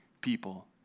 people